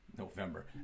november